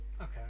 Okay